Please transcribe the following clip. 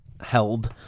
held